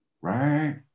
right